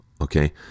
Okay